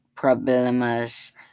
problemas